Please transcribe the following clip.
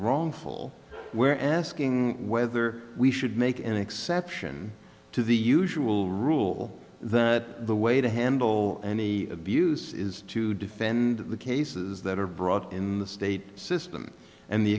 wrong full we're asking whether we should make an exception to the usual rule that the way to handle any abuse is to defend the cases that are brought in the state system and the